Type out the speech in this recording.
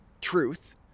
truth